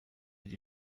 die